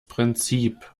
prinzip